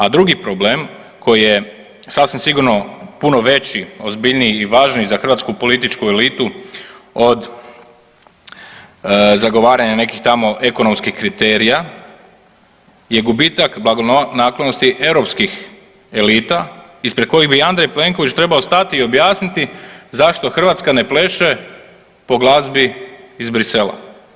A drugi problem koji je sasvim sigurno puno veći, ozbiljniji i važniji za hrvatsku političku elitu od zagovaranja nekih tamo ekonomskih kriterija je gubitak blagonaklonosti europskih elita ispred kojih bi Andrej Plenković trebao stati i objasniti zašto Hrvatska ne pleše po glazbi iz Bruxellesa.